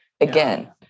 again